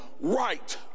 right